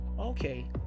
Okay